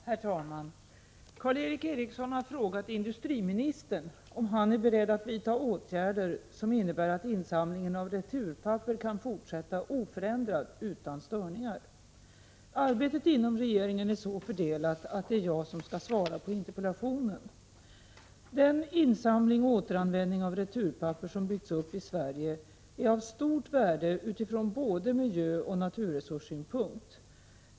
Öm användninsen dv Herr talman! Karl Erik Eriksson har frågat industriministern om han är SPEER returpapper beredd att vidta åtgärder som innebär att insamlingen av returpapper kan fortsätta oförändrad utan störningar. Arbetet inom regeringen är så fördelat att det är jag som skall svara på interpellationen. Den insamling och återanvändning av returpapper som byggts upp i Sverige är av stort värde utifrån både miljöoch naturresurssynpunkt.